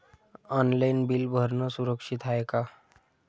Online bill भरनं सुरक्षित हाय का?